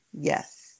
Yes